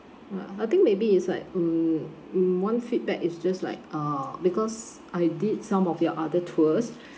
I think maybe it's like mm mm one feedback it's just like uh because I did some of your other tours